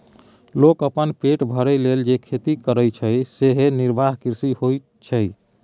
लोक अपन पेट भरय लेल जे खेती करय छै सेएह निर्वाह कृषि होइत छै